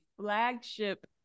flagship